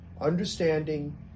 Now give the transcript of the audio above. understanding